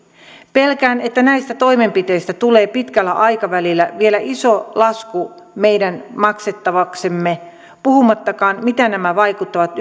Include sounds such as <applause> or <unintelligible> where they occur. pelkään että näistä toimenpiteistä tulee pitkällä aikavälillä vielä iso lasku meidän maksettavaksemme puhumattakaan miten nämä vaikuttavat <unintelligible>